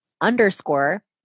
underscore